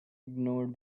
ignored